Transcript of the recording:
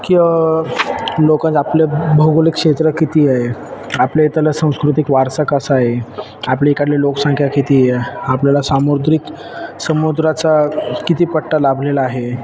की लोक आपले भौगोलिक क्षेत्र किती आहे आपल्या इथला सांस्कृतिक वारसा कसा आहे आपली इकडली लोकसंख्या किती आहे आपल्याला सामुद्रिक समुद्राचा किती पट्टा लाभलेला आहे